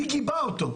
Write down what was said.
מי גיבה אותו?